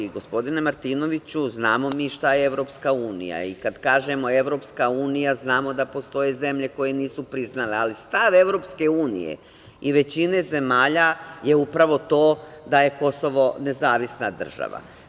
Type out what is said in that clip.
Gospodine Martinoviću, znamo mi šta je EU i kad kažemo EU znamo da postoje zemlje koje nisu priznale, ali stav EU i većine zemalja je upravo to da je Kosovo nezavisna država.